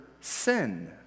sin